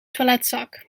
toiletzak